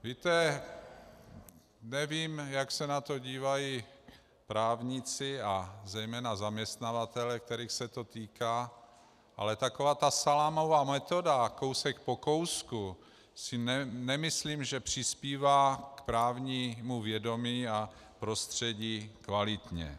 Víte, nevím, jak se na to dívají právníci a zejména zaměstnavatelé, kterých se to týká, ale taková ta salámová metoda, kousek po kousku, si nemyslím, že přispívá k právnímu vědomí a prostředí kvalitně.